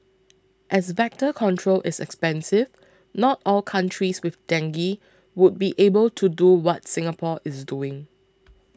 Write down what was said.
as vector control is expensive not all countries with dengue would be able to do what Singapore is doing